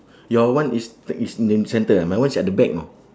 your one is tech~ is in the center my one's at the back you know